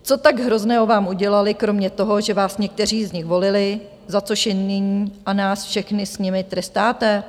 Co tak hrozného vám udělali kromě toho, že vás někteří z nich volili, za což je nyní a nás všechny s nimi trestáte?